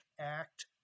Act